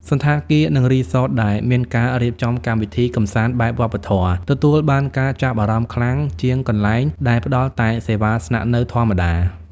សណ្ឋាគារ និងរីសតដែលមានការរៀបចំកម្មវិធីកម្សាន្តបែបវប្បធម៌ ទទួលបានការចាប់អារម្មណ៍ខ្លាំងជាងកន្លែងដែលផ្តល់តែសេវាស្នាក់នៅធម្មតា។